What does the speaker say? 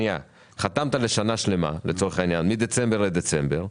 חתמת לשנה שלמה, מדצמבר לדצמבר,